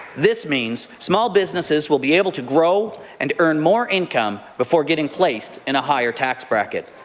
this means small businesses will be able to grow and earn more income before getting placed in a higher tax bracket.